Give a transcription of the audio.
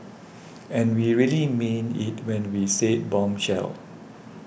and we really mean it when we said bombshell